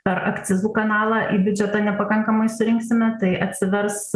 per akcizų kanalą į biudžetą nepakankamai rinksime tai atsivers